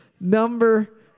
number